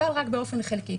אבל רק באופן חלקי.